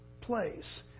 place